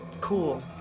Cool